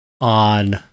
on